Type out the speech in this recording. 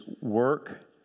work